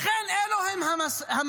לכן, אלה המספרים.